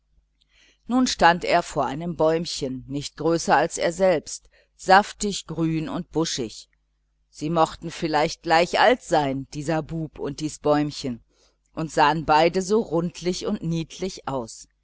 nun stand er vor einem bäumchen nicht größer als er selbst saftig grün und buschig sie mochten vielleicht gleich alt sein dieser bub und dies bäumchen und sahen beide so rundlich und kindlich aus